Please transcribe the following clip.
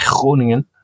Groningen